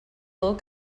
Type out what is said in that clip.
look